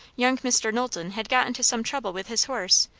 young mr. knowlton had got into some trouble with his horse,